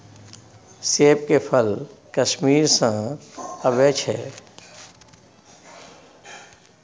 सेब के फल कश्मीर सँ अबई छै